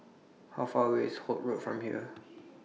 How Far away IS Holt Road from here